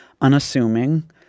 unassuming